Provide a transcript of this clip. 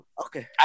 Okay